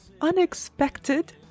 unexpected